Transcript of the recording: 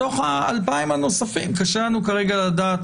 בתוך ה-2,000 הנוספים קשה לנו כרגע לדעת,